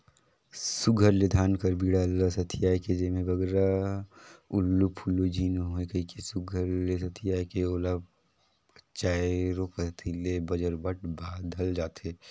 सुग्घर ले धान कर बीड़ा ल सथियाए के जेम्हे बगरा उलु फुलु झिन होए कहिके सुघर ले सथियाए के ओला चाएरो कती ले बजरबट बाधल जाथे